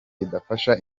idafasha